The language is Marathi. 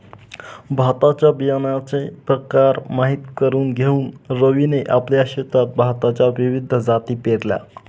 भाताच्या बियाण्याचे प्रकार माहित करून घेऊन रवीने आपल्या शेतात भाताच्या विविध जाती पेरल्या